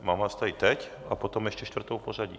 Mám vás tady teď a potom ještě čtvrtou v pořadí.